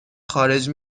خارج